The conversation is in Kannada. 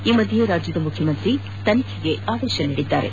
ಈ ಮದ್ಯೆ ರಾಜ್ಯದ ಮುಖ್ಯಮಂತ್ರಿ ಅವರು ತನಿಖೆಗೆ ಆದೇಶಿಸಿದ್ದಾರೆ